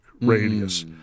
radius